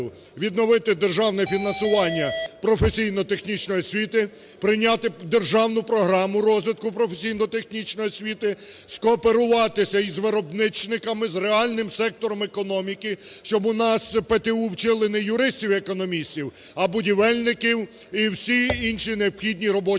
відновити державне фінансування професійно-технічної освіти; прийняти Державну програму розвитку професійно-технічної освіти; скооперуватися із виробничниками, з реальним сектором економіки, щоб у нас в ПТУ вчили не юристів і економістів, а будівельників і всі інші необхідні робочі